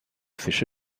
fische